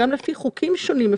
גם לפי חוקים שונים,